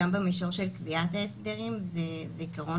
גם במישור של קביעת ההסדרים זה עיקרון